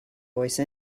voice